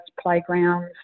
playgrounds